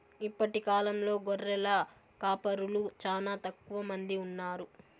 ఇప్పటి కాలంలో గొర్రెల కాపరులు చానా తక్కువ మంది ఉన్నారు